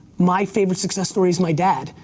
my favorite success story is my dad.